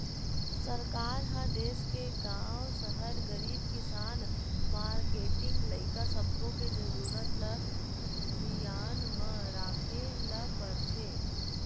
सरकार ह देस के गाँव, सहर, गरीब, किसान, मारकेटिंग, लइका सब्बो के जरूरत ल धियान म राखे ल परथे